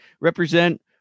represent